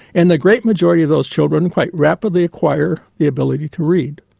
and the great majority of those children quite rapidly acquire the ability to read.